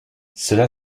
cela